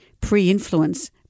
pre-influence